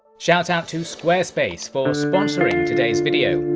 shoutout to squarespace for sponsoring today's video!